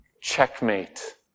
checkmate